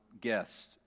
guests